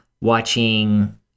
watching